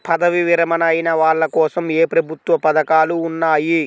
పదవీ విరమణ అయిన వాళ్లకోసం ఏ ప్రభుత్వ పథకాలు ఉన్నాయి?